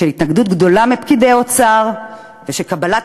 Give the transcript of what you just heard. של התנגדות גדולה מפקידי האוצר ושל קבלת